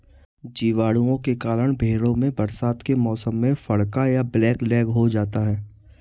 जीवाणुओं के कारण भेंड़ों में बरसात के मौसम में फड़का या ब्लैक लैग हो जाता है